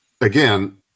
again